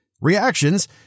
Reactions